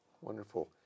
Wonderful